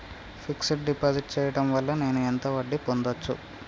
Fix డ్ deposit చేయటం వల్ల నేను ఎంత వడ్డీ పొందచ్చు?